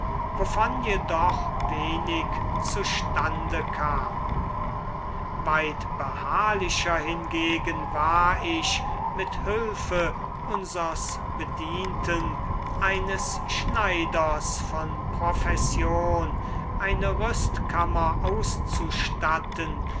wovon jedoch wenig zustande kam weit beharrlicher hingegen war ich mit hülfe unsers bedienten eines schneiders von profession eine rüstkammer auszustatten